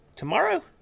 Tomorrow